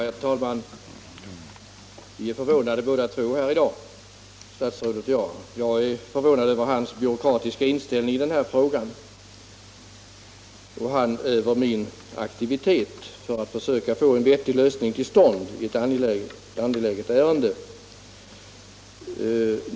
Herr talman! Vi är förvånade i dag, både statsrådet och jag. Jag är förvånad över hans byråkratiska inställning i den här frågan och han över min aktivitet för att försöka få en vettig lösning till stånd i ett angeläget ärende.